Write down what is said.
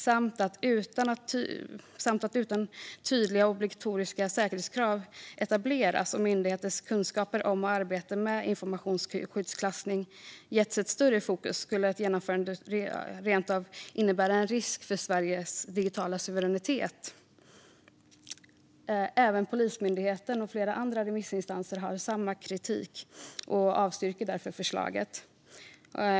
Man skriver också att om inte tydliga och obligatoriska säkerhetskrav etableras och myndigheternas kunskaper om och arbete med informationsskyddsklassning ges ett större fokus skulle ett genomförande rent av innebära en risk för Sveriges digitala suveränitet. Även Polismyndigheten och flera andra remissinstanser har samma kritik och avstyrker därför förslaget.